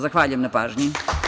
Zahvaljujem na pažnji.